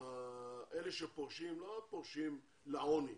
האלה שפורשים לא פורשים לעוני,